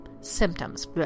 symptoms